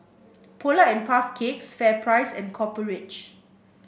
Polar and Puff Cakes FairPrice and Copper Ridge